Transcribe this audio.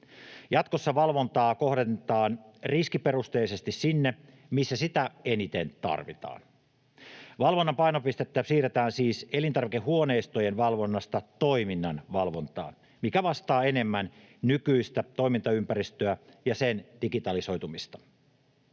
Jatkossa valvontaa kohdennetaan riskiperusteisesti sinne, missä sitä eniten tarvitaan. Valvonnan painopistettä siirretään siis elintarvikehuoneistojen valvonnasta toiminnan valvontaan, mikä vastaa enemmän nykyistä toimintaympäristöä ja sen digitalisoitumista.